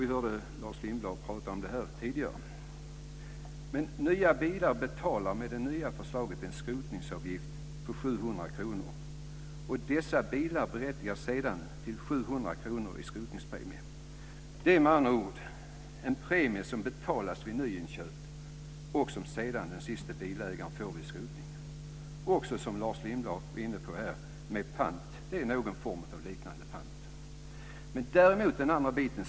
Vi hörde Lars Lindblad tala om det tidigare. Nya bilar betalar med det nya förslaget en skrotningsavgift på 700 kr, och dessa bilar berättigar sedan till 700 kr i skrotningspremie. Det är med andra ord en premie som betalas vid nyinköp och som sedan den siste bilägaren får vid skrotning. Det är en form av pant liknande den Lars Lindblad varit inne på här.